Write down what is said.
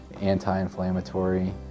anti-inflammatory